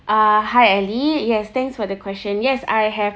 uh hi elly yes thanks for the question yes I have